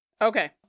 Okay